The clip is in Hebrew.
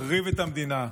מחריב את המדינה,